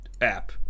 app